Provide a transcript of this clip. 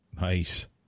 Nice